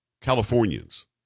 Californians